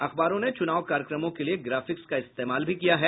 अखबारों ने चूनाव कार्यक्रमों के लिए ग्राफिक्स का इस्तेमाल भी किया है